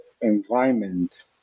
environment